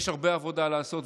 יש הרבה עבודה לעשות,